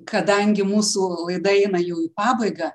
kadangi mūsų laida eina jau į pabaigą